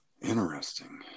Interesting